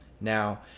Now